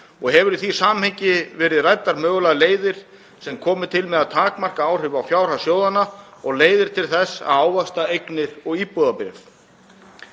Hafa í því samhengi verið ræddar mögulegar leiðir sem komi til með að takmarka áhrif á fjárhag sjóðanna og leiðir til þess að ávaxta eignir og íbúðabréf?